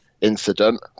incident